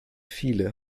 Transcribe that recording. viele